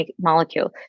molecule